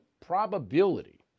probability